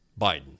Biden